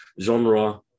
genre